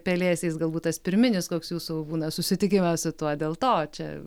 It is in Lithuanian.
pelėsiais galbūt tas pirminis koks jūsų būna susitikimas su tuo dėl to čia